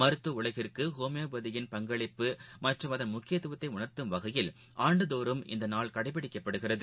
மருத்துவஉலகிற்குஹோமியோபதியின் பங்களிப்பு மற்றும் அதன் முக்கியத்துவத்தைஉணர்த்தும்வகையில் ஆண்டுதோறும் இந்நாள் கடைபிடிக்கப்படுகிறது